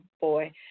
boy